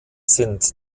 sind